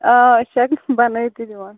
آ أسۍ چھِ اَتیٚتھ بَنٲوِتھ تہِ دِوان